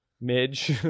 midge